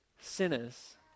sinners